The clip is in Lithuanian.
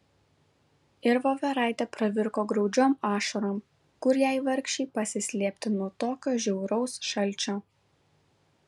ir voveraitė pravirko graudžiom ašarom kur jai vargšei pasislėpti nuo tokio žiauraus šalčio